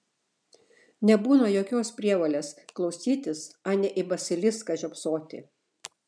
nebūna jokios prievolės klausytis anei į basiliską žiopsoti